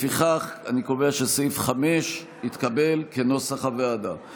לפיכך אני קובע שסעיף 5, כנוסח הוועדה, התקבל.